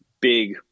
big